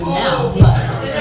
now